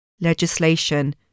legislation